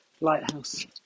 lighthouse